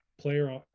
player